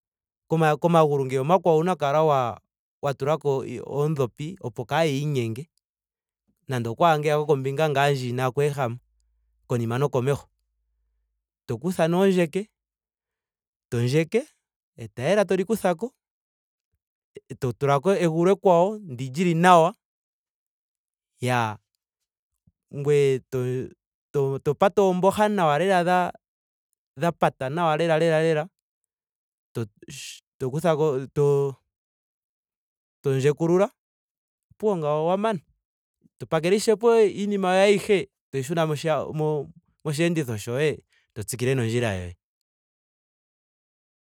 Ko- komagulu ngeya omakwawo owuna oku kala wa- wa tulako o- oondhopi opo kayiinyenge. nande okwaangeya ngaa gokombinga ndji inaaku ehama. konima nokomeho. To kutha nee ondjeke. to ndjeke. etayela toli kuthako. eto tulako egulu ekwawo ndili lili nawa. iyaa ngweye to- to pata oomboha nawa lela dha- dha pata nawa lela lela lela. To shi- to kuthako. to- to ndjekulula. opuwo ngawo owa mana. To pakelepo iinima yoye ayihe toyi shuna mosha toyi shuna mo- mosheenditho shoye. To tsikile nondjila yoye.